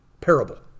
parable